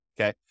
okay